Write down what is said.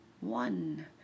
one